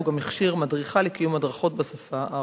והוא גם הכשיר מדריכה לקיום הדרכות בשפה הערבית.